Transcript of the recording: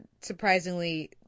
surprisingly